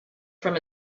from